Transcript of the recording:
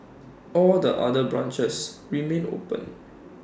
all the other branches remain open